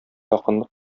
якынлык